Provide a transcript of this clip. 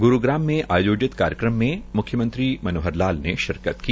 ग्रूग्राम में आयोजित कार्यक्रम मं म्ख्यमंत्री मनोहर लाल ने शिरकत की